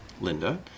Linda